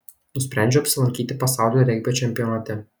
nusprendžiau apsilankyti pasaulio regbio čempionate